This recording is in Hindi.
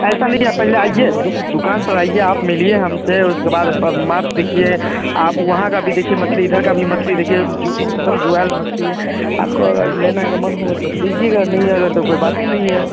ऐसा नहीं है पहले आइए दुकान पर आइए आप मिलिए हम से उसके बाद ब मांस देखिए आप वहाँ का भी देखिए मछली इधर का भी मछली देखिए जो एक दम जुएल मछली है आपको अगर लेना का मन होगा तो लीजिएगा नहीं अगर तो कोई बात ही नहीं है